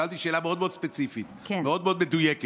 שאלתי שאלה מאוד מאוד ספציפית, מאוד מאוד מדויקת.